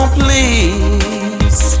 please